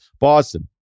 Boston